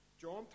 John